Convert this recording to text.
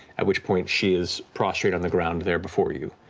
at which point she is prostrate on the ground there before you.